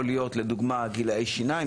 יכול להיות לדוגמה גילאי שיניים,